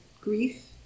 grief